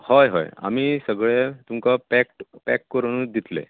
हय हय आमी सगळे तुमकां पॅक्ड पॅक करुनूच दितले